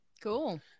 cool